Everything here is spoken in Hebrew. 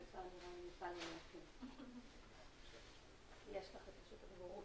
לצערנו אנחנו רואים שאף על פי שהחזרה לשגרה הולכת